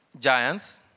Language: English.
giants